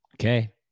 Okay